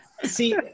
See